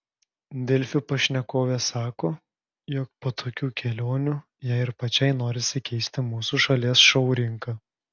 delfi pašnekovė sako jog po tokių kelionių jai ir pačiai norisi keisti mūsų šalies šou rinką